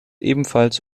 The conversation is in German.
ebenfalls